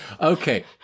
Okay